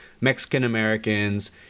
Mexican-Americans